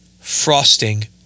frosting